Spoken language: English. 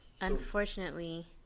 unfortunately